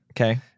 okay